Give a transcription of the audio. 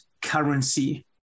currency